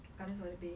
gardens by the bay